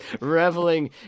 reveling